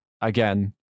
again